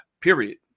period